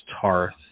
Tarth